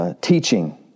Teaching